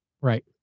Right